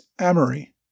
Amory